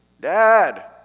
Dad